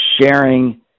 sharing